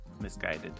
misguided